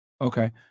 Okay